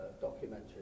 documentary